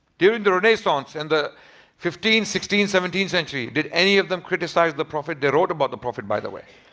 during the renaissance and the fifteenth, sixteenth, seventeenth century, did any of them criticize the prophet? they wrote about the prophet by the way.